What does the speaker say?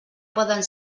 poden